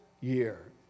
year